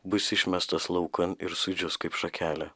bus išmestas laukan ir sudžius kaip šakelė